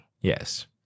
Yes